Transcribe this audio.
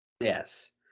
Yes